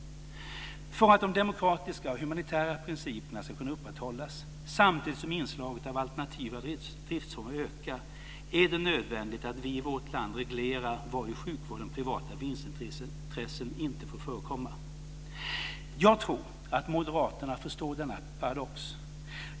För att de demokratiska och humanitära principerna ska kunna upprätthållas, samtidigt som inslaget av alternativa driftsformer ökar, är det nödvändigt att vi i vårt land reglerar var i sjukvården privata vinstintressen inte får förekomma. Jag tror att Moderaterna förstår denna paradox.